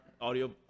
Audio